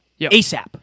ASAP